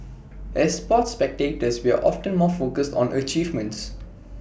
as sports spectators we are often more focused on achievements